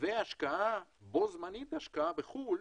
והשקעה בו זמנית בחו"ל,